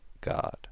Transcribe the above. God